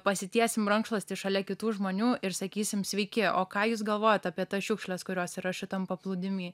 pasitiesim rankšluostį šalia kitų žmonių ir sakysim sveiki o ką jūs galvojat apie tas šiukšles kurios yra šitam paplūdimy